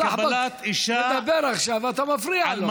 סחבק מדבר עכשיו ואתה מפריע לו.